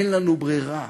אין לנו ברירה